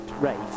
race